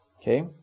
Okay